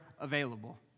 available